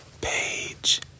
page